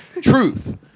truth